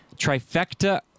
Trifecta